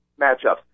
matchups